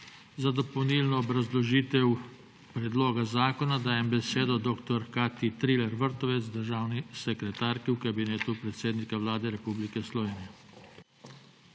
Za dopolnilno obrazložitev predloga zakona dajem besedo dr. Katji Triller Vrtovec, državni sekretarki v Kabinetu predsednika Vlade Republike Slovenije.